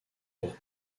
pour